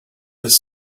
his